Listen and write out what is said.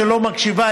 שלא מקשיבה,